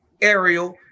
Ariel